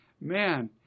man